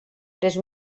pres